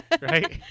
right